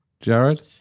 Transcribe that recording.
Jared